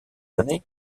années